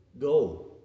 go